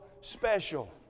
special